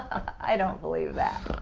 i don't believe that.